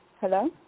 hello